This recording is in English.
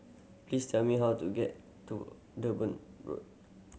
please tell me how to get to Durban Road